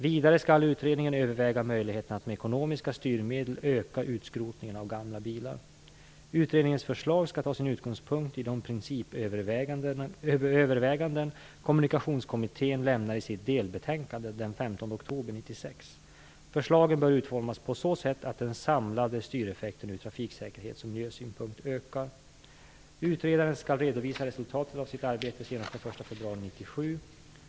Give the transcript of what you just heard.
Vidare skall utredningen överväga möjligheten att med ekonomiska styrmedel öka utskrotningen av gamla bilar. Utredningens förslag skall ta sin utgångspunkt i de principöverväganden som Kommunikationskommittén lämnar i sitt delbetänkande den 15 oktober 1996. Förslagen bör utformas på så sätt att den samlade styreffekten ur trafiksäkerhets och miljösynpunkt ökar. Utredaren skall redovisa resultatet av sitt arbete senast den 1 februari 1997.